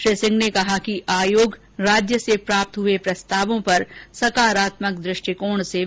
श्री सिंह ने कहा कि आयोग राज्य से प्राप्त हुए प्रस्तावों पर सकारात्मक दृष्टिकोण से विचार करेगा